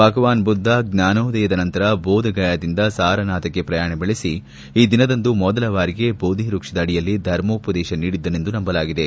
ಭಗವಾನ್ ಬುದ್ದ ಜ್ವಾನೋದಯದ ನಂತರ ಬೋಧಗಯಾದಿಂದ ಸಾರನಾಥಕ್ಕೆ ಪ್ರಯಾಣ ಬೆಳೆಸಿ ಈ ದಿಸದಂದು ಮೊದಲ ಬಾರಿಗೆ ಬೋಧಿವ್ವಕ್ಷದ ಅಡಿಯಲ್ಲಿ ಧರ್ಮೋಪದೇಶ ನೀಡಿದ್ದನೆಂದು ನಂಬಲಾಗಿದೆ